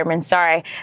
sorry